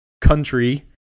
country